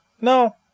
No